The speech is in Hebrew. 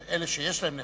אלה שכבר יש להם נכדים,